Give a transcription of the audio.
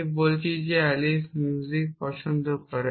আমি বলছি যে অ্যালিস মিউজিক পছন্দ করে